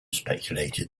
speculated